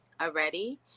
already